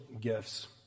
gifts